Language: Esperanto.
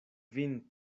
vin